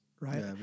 Right